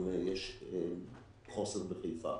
אם יש חוסר בחיפה.